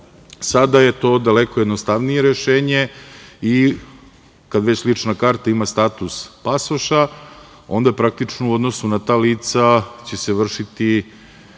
je to daleko jednostavnije rešenje i kad već lična karta ima status pasoša, onda praktično u odnosu na ta lica će se vršiti